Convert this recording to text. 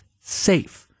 safe